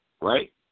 right